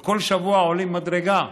כל שבוע עולים מדרגה,